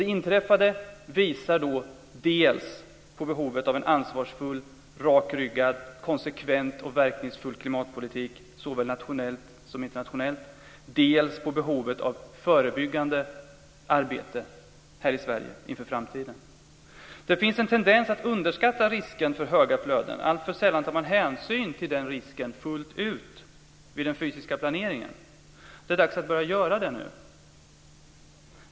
Det inträffade visar dels på behovet av en ansvarsfull, rakryggad, konsekvent och verkningsfull klimatpolitik såväl nationellt som internationellt, dels på behovet av ett förebyggande arbete här i Sverige inför framtiden. Det finns en tendens att underskatta risken för höga flöden. Alltför sällan tar man hänsyn till den risken fullt ut vid den fysiska planeringen. Det är dags att börja göra det nu.